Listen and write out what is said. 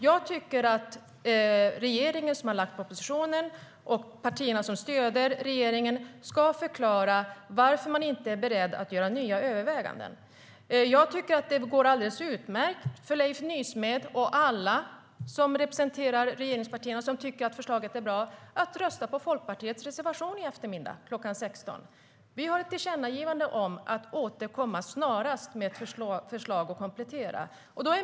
Jag tycker att regeringen, som har lagt fram propositionen, och de partier som stöder regeringen ska förklara varför de inte är beredda att göra nya överväganden. Det går alldeles utmärkt för Leif Nysmed och alla som representerar regeringspartierna och som tycker att förslaget är bra att rösta ja till Folkpartiets reservation i eftermiddag kl. 16. Vi har ett tillkännagivande om att återkomma snarast med ett förslag och komplettera.